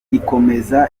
ikomeza